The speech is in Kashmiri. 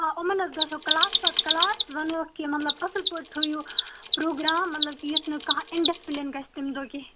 آ یِمن حظ گَژھو کَلاس پَتہٕ کَلاس وونہٕ ووکھ کہِ مطلب اصل پٲٹھۍ تھٲیو پروگرام مطلب کہِ یُتھ نہٕ کانہہ اِنڈسپٕلن گَژھِ تمہِ دۄہ کیٚنٛہہ